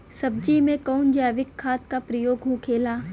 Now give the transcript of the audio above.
सब्जी में कवन जैविक खाद का प्रयोग होखेला?